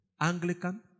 Anglican